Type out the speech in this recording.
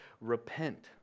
repent